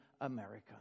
America